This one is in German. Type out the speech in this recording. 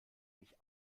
mich